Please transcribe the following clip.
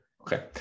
Okay